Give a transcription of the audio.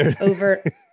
over